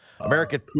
America